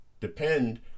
depend